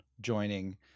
joining